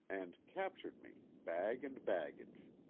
and captured me, bag and baggage.